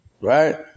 Right